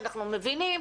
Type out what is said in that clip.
אנחנו מבינים,